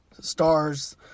stars